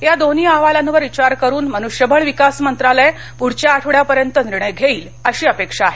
या दोन्ही अहवालांवर विचार करून मनुष्यबळ विकास मंत्रालय पुढच्या आठवड्यापर्यंत निर्णय घेईल अशी अपेक्षा आहे